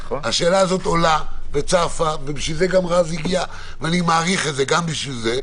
השאלה הזאת צפה, ולכן גם רז הגיע, גם בשביל זה,